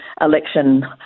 election